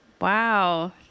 Wow